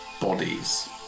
bodies